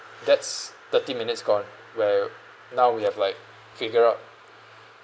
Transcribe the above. that's thirty minutes gone where now we have like figure out